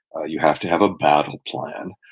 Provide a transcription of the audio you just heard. ah you have to have a battle plan,